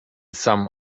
some